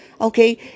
Okay